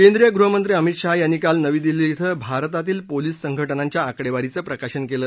केंद्रीय गृहमंत्री अमित शाह यांनी काल नवी दिल्ली इथं भारतातील पोलीस संघटनांच्या आकडेवारीचं प्रकाशन केलं